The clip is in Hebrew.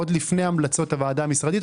עוד לפני המלצות הוועדה הבין-משרדית,